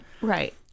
right